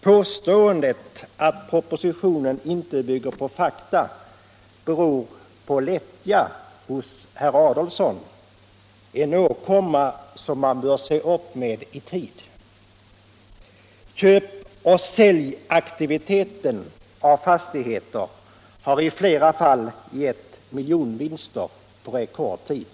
Påståendet att propositionen inte bygger på fakta beror på lättja hos herr Adolfsson, en åkomma som man bör se upp med i tid. Köpoch säljaktiviteten på fastighetsområdet har i flera fall givit miljonvinster på rekordtid.